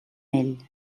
ell